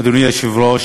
אדוני היושב-ראש,